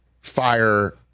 fire